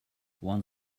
one